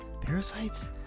parasites